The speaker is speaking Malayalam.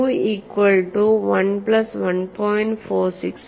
Q equal to 1 plus 1